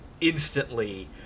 instantly